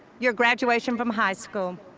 your graduation from high school.